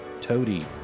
Toady